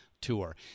tour